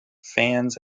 fans